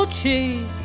cheap